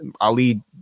Ali